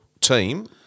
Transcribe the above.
team